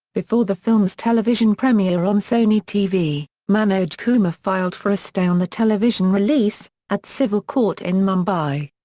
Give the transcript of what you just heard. before the film's television premiere on sony tv, manoj kumar filed for a stay on the television release, at civil court in mumbai.